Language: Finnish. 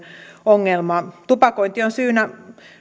ongelma tupakointi on syynä